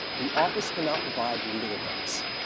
the office cannot provide legal advice.